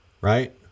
right